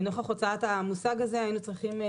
נוכח הוצאת המושג הזה היינו צריכים להבהיר,